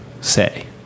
say